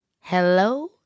Hello